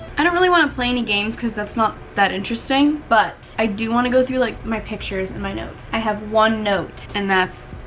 i don't really wanna play any games cuz that's not that interesting but, i do wanna go through, like, my pictures and my notes i have one note. and that's.